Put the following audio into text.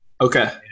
Okay